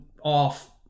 off